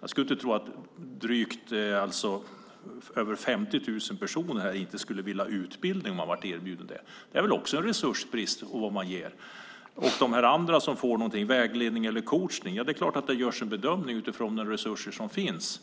Jag skulle inte tro att över 50 000 personer inte skulle vilja ha utbildning om de blev erbjudna det. Det är väl också en resursbrist. Det finns de som får till exempel vägledning eller coachning, och det är klart att det görs en bedömning utifrån de resurser som finns.